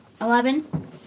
Eleven